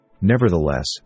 Nevertheless